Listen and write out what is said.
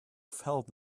felt